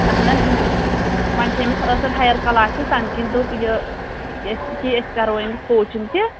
اَہَن حظ وۄنۍ چھِ أمِس ٲخٕر ہایَر کلاسِز تَمہِ کِنۍ دوٚپ یہِ أسۍ کہِ أسۍ کَرو أمِس کوچِنٛگ تہِ